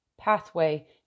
pathway